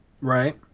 Right